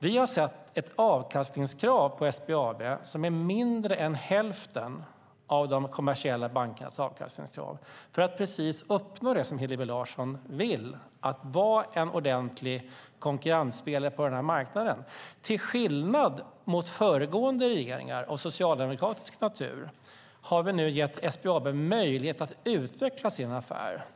Vi har satt ett avkastningskrav på SBAB som är mindre än hälften av de kommersiella bankernas avkastningskrav, just för att uppnå det Hillevi Larsson vill, att vara en ordentlig konkurrensspelare på marknaden. Till skillnad mot föregående regeringar av socialdemokratisk natur har vi nu gett SBAB möjlighet att utveckla sin affär.